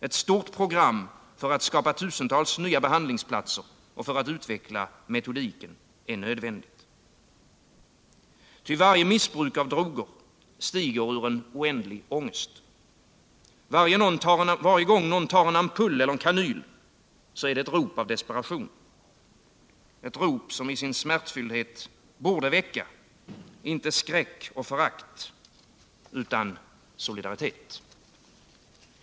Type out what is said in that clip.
Ett stort program för att skapa tusentals nya behandlingsplatser och för att utveckla metodiken är nödvändigt. Ty varje missbruk av droger stiger ur en oändlig ångest. Varje gång någon tar en ampull eller kanyl är det ett rop av desperation, ett rop som i sin smärtfylldhet borde väcka — inte skräck och förakt, utan solidaritet.